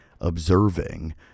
observing